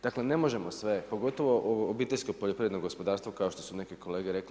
Dakle, ne možemo sve, pogotovo obiteljsko poljoprivredno gospodarstvo kao što su neke kolege rekle.